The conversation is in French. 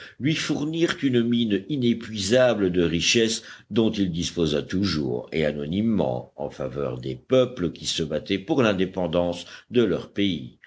lui fournirent une mine inépuisable de richesses dont il disposa toujours et anonymement en faveur des peuples qui se battaient pour l'indépendance de leur pays